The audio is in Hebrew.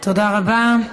תודה רבה.